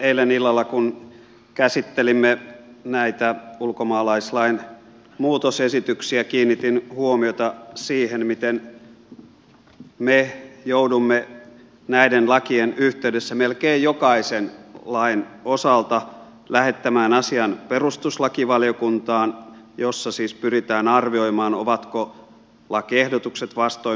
eilen illalla kun käsittelimme näitä ulkomaalaislain muutosesityksiä kiinnitin huomiota siihen miten me joudumme näiden lakien yhteydessä melkein jokaisen lain osalta lähettämään asian perustuslakivaliokuntaan jossa siis pyritään arvioimaan ovatko lakiehdotukset vastoin meidän perustuslakiamme